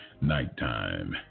nighttime